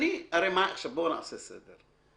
בואו נעשה סדר.